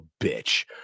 bitch